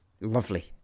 Lovely